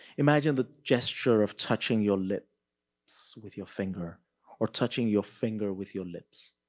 imagine the gesture of touching your lips so with your finger or touching your finger with your lips,